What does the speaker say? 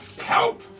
help